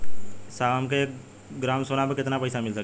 साहब हमके एक ग्रामसोना पर कितना पइसा मिल सकेला?